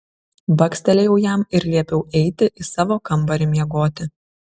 bakstelėjau jam ir liepiau eiti į savo kambarį miegoti